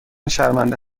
شرمنده